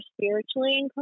spiritually